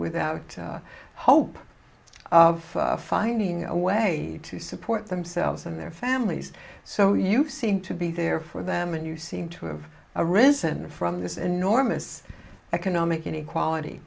without hope of finding a way to support themselves and their families so you seem to be there for them and you seem to have arisen from this enormous economic inequality